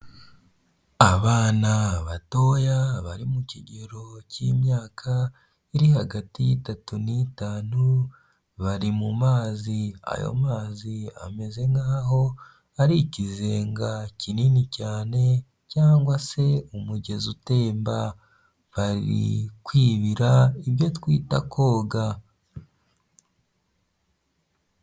Abana batoya, bari mu kigero cy'imyaka iri hagati y'itatu n'itanu, bari mu mazi, ayo mazi ameze nk'aho ari ikizenga kinini cyane, cyangwa se umugezi utemba. Bari kwibira, ibyo twita koga.